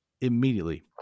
immediately